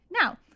Now